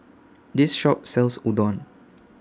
This Shop sells Udon